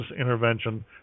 intervention